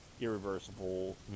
Irreversible